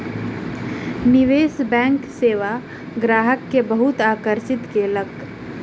निवेश बैंक सेवा ग्राहक के बहुत आकर्षित केलक